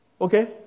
Okay